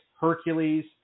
Hercules